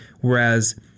Whereas